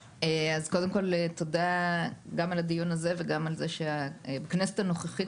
קודם כל תודה גם על הדיון הזה וגם על זה שהכנסת הנוכחית,